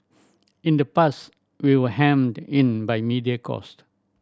in the past we were hemmed in by media cost